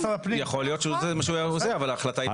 יכול להיות שזה מה שהוא היה עושה אבל ההחלטה התקבלה.